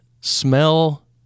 smell